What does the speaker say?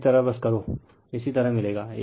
इसी तरह बस करो इसी तरह मिलेगा